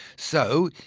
so,